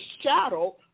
shadow